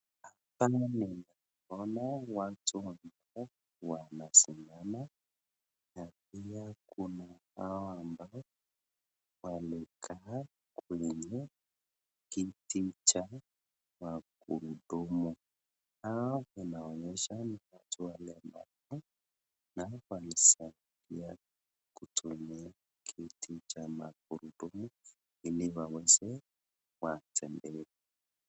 Hapa naona watu ambao wanasimama na pia kuna hao ambao wamekaa kwenye kiti cha magurudumu, hao ninaonyesah ni watu walemavu na hapa ni pahali pa kutolea kiti cha magurudumu ili waweze kutembea.